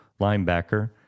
linebacker